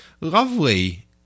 lovely